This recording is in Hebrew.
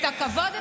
את הכבוד,